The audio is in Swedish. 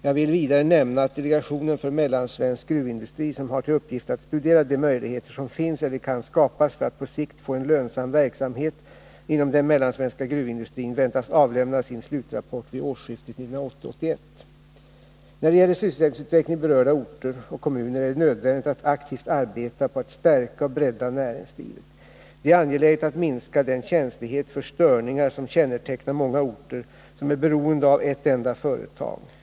Jag vill vidare nämna att delegationen för mellansvensk gruvindustri, som har till uppgift att studera de möjligheter som finns eller kan skapas för att på sikt få en lönsam verksamhet inom den mellansvenska gruvindustrin, väntas avlämna sin slutrapport vid årsskiftet 1980-1981. När det gäller sysselsättningsutvecklingen i berörda orter och kommuner är det nödvändigt att aktivt arbeta på att stärka och bredda näringslivet. Det är angeläget att minska den känslighet för störningar som kännetecknar många orter som är beroende av ett enda företag.